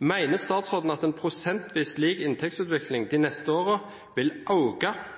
Mener statsråden at en prosentvis lik inntektsutvikling de neste årene vil